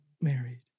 married